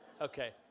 Okay